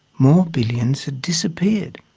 more billions had disappeared.